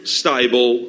stable